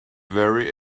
very